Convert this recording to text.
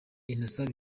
innocent